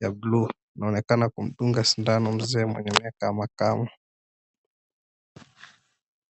ya blue , anaonekana kumdunga sindano mzee mwenye miaka ya makamu.